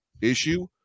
issue